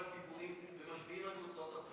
הכיוונים ומשפיעים על תוצאות הבחירות?